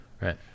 Right